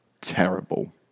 terrible